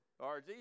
RZ